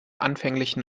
anfänglichen